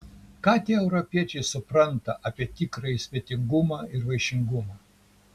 ką tie europiečiai supranta apie tikrąjį svetingumą ir vaišingumą